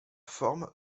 forme